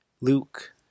Luke